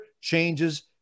changes